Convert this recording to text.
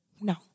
No